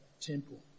temple